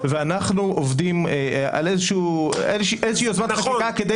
ואנחנו עובדים על איזושהי יוזמת חקיקה כדי